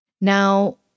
Now